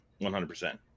100%